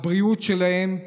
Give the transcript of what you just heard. הבריאות שלהם,